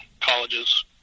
college's